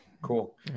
Cool